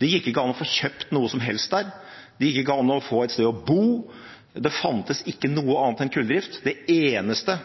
Det gikk ikke an å få kjøpt noe som helst der, det gikk ikke an å få et sted å bo, og det fantes ikke noe annet enn kulldrift. Det eneste